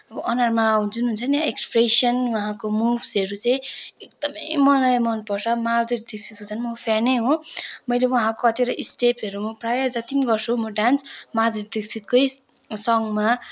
अब अनुहारमा जुन हुन्छ नि एक्सप्रेसन उहाँको मुव्सहरू चाहिँ एकदमै मलाई मनपर्छ माधुरी दीक्षितको झन् म फैनै हो मैले उहाँको कतिवटा स्टेपहरू प्रायः जत्ति पनि गर्छु म डान्स माधुरी दीक्षितकै सँगमा